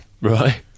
Right